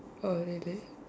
oh really